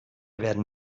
werden